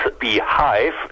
beehive